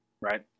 Right